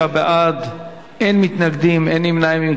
בעד, אין מתנגדים ואין נמנעים.